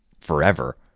forever